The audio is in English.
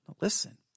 listen